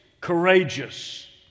courageous